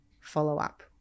follow-up